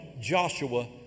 Joshua